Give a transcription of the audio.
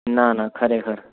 ના ના ખરેખર